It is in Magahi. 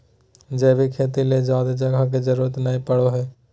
जैविक खेती ले ज्यादे जगह के जरूरत नय पड़ो हय